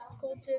Colton